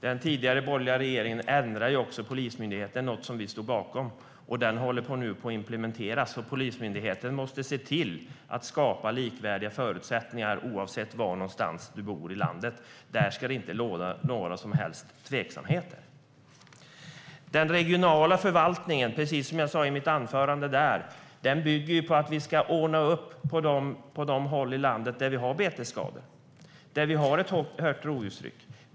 Den tidigare borgerliga regeringen förändrade också Polismyndigheten, något som vi stod bakom. Detta håller nu på att implementeras, och Polismyndigheten måste se till att skapa likvärdiga förutsättningar oavsett var i landet man bor. Det ska inte råda några som helst tveksamheter. Den regionala förvaltningen bygger, precis som jag sa i mitt anförande, på att vi ska ordna upp på de håll i landet där vi har betesskador och där vi har ett högt rovdjurstryck.